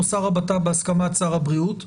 או שר הבט"פ בהסמכת שר הבריאות.